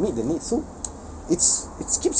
meet the needs so